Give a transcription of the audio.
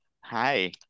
Hi